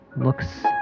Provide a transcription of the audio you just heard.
looks